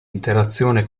interazione